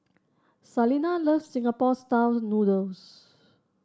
Salina loves Singapore style noodles